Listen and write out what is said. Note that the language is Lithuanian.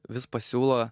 vis pasiūlo